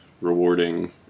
rewarding